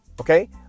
Okay